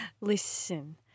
Listen